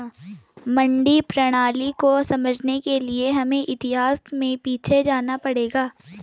मंडी प्रणाली को समझने के लिए हमें इतिहास में पीछे जाना पड़ेगा